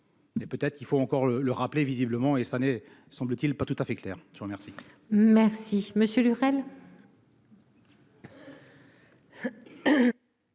Et peut-être qu'il faut encore le rappeler, visiblement et ça n'est, semble-t-il, pas tout à fait clair je vous remercie. Merci Monsieur Lurel.